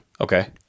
okay